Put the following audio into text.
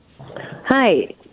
Hi